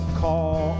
call